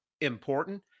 important